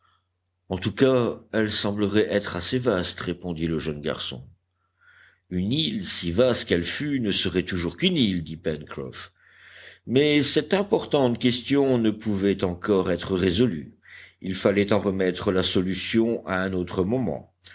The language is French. en tout cas elle semblerait être assez vaste répondit le jeune garçon une île si vaste qu'elle fût ne serait toujours qu'une île dit pencroff mais cette importante question ne pouvait encore être résolue il fallait en remettre la solution à un autre moment